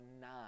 nine